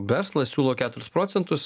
verslas siūlo keturis procentus